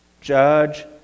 Judge